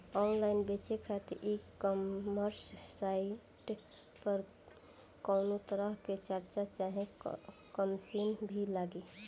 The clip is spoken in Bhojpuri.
ऑनलाइन बेचे खातिर ई कॉमर्स साइट पर कौनोतरह के चार्ज चाहे कमीशन भी लागी?